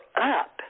up